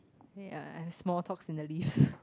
ya small talks in the least